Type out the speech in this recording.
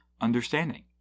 understanding